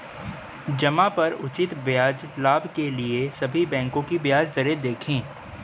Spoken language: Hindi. जमा पर उचित ब्याज लाभ के लिए सभी बैंकों की ब्याज दरें देखें